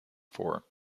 four